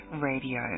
radio